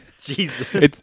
Jesus